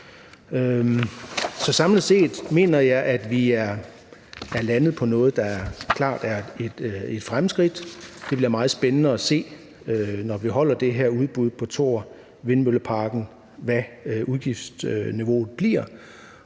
Samlet set mener jeg, at vi er landet på noget, der klart er et fremskridt. Det bliver meget spændende at se, når vi holder det her udbud på Thor Havvindmølleparken, hvad udgiftsniveauet bliver,